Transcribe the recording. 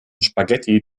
spaghetti